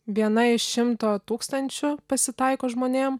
viena iš šimto tūkstančių pasitaiko žmonėm